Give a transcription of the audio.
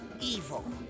evil